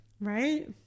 Right